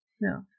No